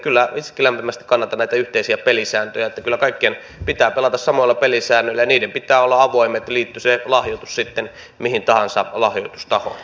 kyllä itsekin lämpimästi kannatan näitä yhteisiä pelisääntöjä että kyllä kaikkien pitää pelata samoilla pelisäännöillä ja niiden pitää olla avoimet liittyi se lahjoitus sitten mihin tahansa lahjoitustahoon